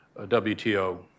WTO